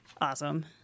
Awesome